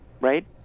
right